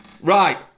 right